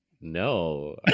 No